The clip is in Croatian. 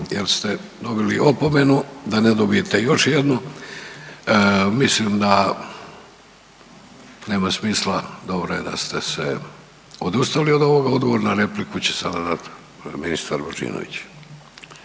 jer ste dobili opomenu da ne dobijete još jednu. Mislim da nema smisla dobro je da ste se odustali od ovoga. Odgovor na repliku će sada dat ministar Božinović.